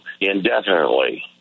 indefinitely